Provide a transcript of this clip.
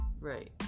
Right